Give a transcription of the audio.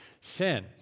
sin